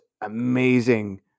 amazing